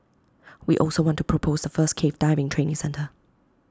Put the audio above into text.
we also want to propose the first cave diving training centre